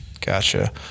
Gotcha